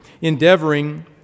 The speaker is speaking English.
Endeavoring